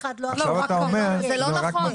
עכשיו אתה אומר שזה רק מצוי.